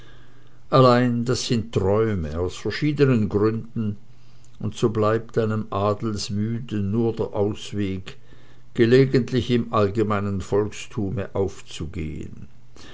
allein das sind träume aus verschiedenen gründen und so bleibt einem adelsmüden nur der ausweg gelegentlich im allgemeinen volkstume aufzugehen